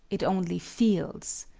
it only feels.